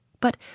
But